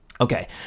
Okay